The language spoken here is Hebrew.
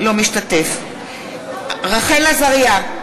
אינו משתתף בהצבעה רחל עזריה,